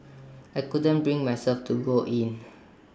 I couldn't bring myself to go in